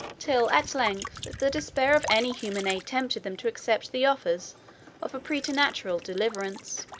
till at length the despair of any human aid tempted them to accept the offers of a praeternatural deliverance.